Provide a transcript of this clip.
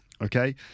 Okay